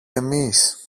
εμείς